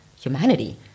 humanity